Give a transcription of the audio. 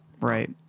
Right